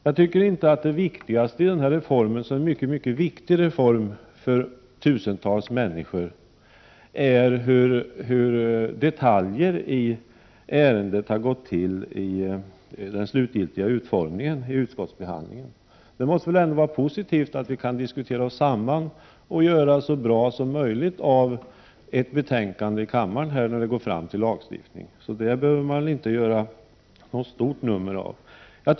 Jag tycker inte att det viktigaste i den här reformen, som är mycket betydelsefull för tusentals människor, är hur detaljer i ärendet har handlagts vid utskottsbehandlingen och hur den slutliga utformningen har gått till. Det måste väl ändå vara positivt att vi har kunnat diskuterat oss samman och göra det bästa möjliga i ett betänkande som går fram till kammaren för lagstiftning. Men det behöver man inte göra något stort nummer av.